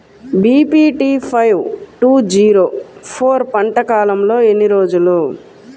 BPT five two zero four పంట కాలంలో ఎన్ని రోజులు?